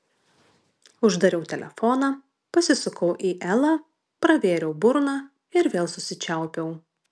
uždariau telefoną pasisukau į elą pravėriau burną ir vėl susičiaupiau